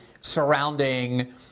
surrounding